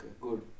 good